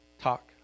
talk